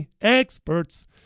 Experts